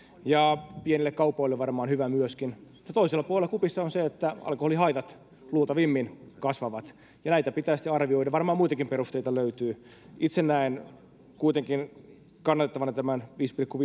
ja pienille kaupoille varmaan hyvä myöskin mutta toisella puolella kupissa on se että alkoholihaitat luultavimmin kasvavat ja näitä pitää sitten arvioida varmaan muitakin perusteita löytyy itse näen kuitenkin kannatettavana esityksen tästä viidestä pilkku